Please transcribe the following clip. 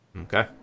Okay